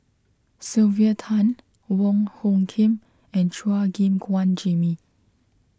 Sylvia Tan Wong Hung Khim and Chua Gim Guan Jimmy